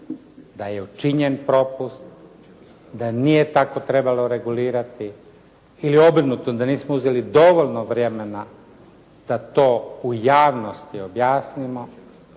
da je učinjen propust, da nije tako trebalo regulirati ili obrnuto da nismo uzeli dovoljno vremena da to u javnosti objasnimo